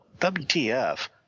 WTF